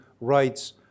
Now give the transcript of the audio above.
rights